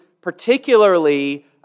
particularly